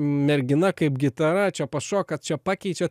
mergina kaip gitara čia pašoka čia pakeičia